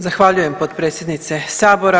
Zahvaljujem potpredsjednice sabora.